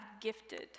gifted